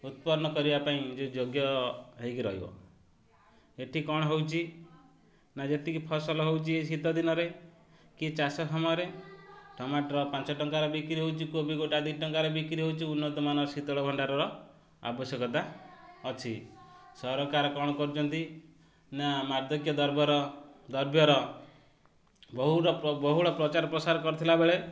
ଉତ୍ପନ୍ନ କରିବା ପାଇଁ ଯେଉଁ ଯୋଗ୍ୟ ହେଇକି ରହିବ ଏଇଠି କ'ଣ ହେଉଛି ନା ଯେତିକି ଫସଲ ହେଉଛି ଶୀତ ଦିନରେ କି ଚାଷ ସମୟରେ ଟମାଟର ପାଞ୍ଚ ଟଙ୍କାରେ ବିକ୍ରି ହେଉଛି କୋବି ଗୋଟା ଦୁଇ ଟଙ୍କାରେ ବିକ୍ରି ହେଉଛି ଉନ୍ନତମାନ ଶୀତଳ ଭଣ୍ଡାରର ଆବଶ୍ୟକତା ଅଛି ସରକାର କ'ଣ କରୁଛନ୍ତି ନା ମାଦକ୍ୟ ଦ୍ରବ୍ୟର ଦ୍ରବ୍ୟର ବହୁ ବହୁଳ ପ୍ରଚାର ପ୍ରସାର କରିଥିଲା ବେଳେ